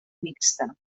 mixta